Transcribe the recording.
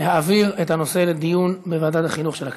להעביר את הנושא לדיון בוועדת החינוך של הכנסת.